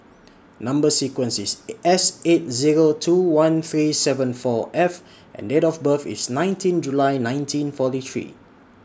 Number sequence IS S eight Zero two one three seven four F and Date of birth IS nineteen July nineteen forty three